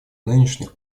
нынешних